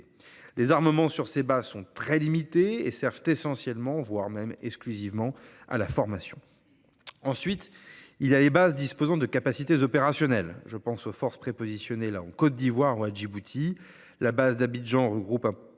Les armements, sur ces bases, sont très limités et servent essentiellement, voire, exclusivement, à la formation. Ensuite, d’autres bases disposent de capacités opérationnelles. Je pense aux forces prépositionnées en Côte d’Ivoire et à Djibouti. La base d’Abidjan regroupe un